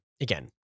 again